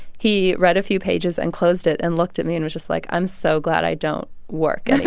he read a few pages and closed it and looked at me and was just like, i'm so glad i don't work and